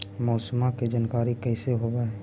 मौसमा के जानकारी कैसे होब है?